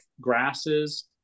grasses